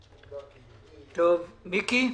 מיקי?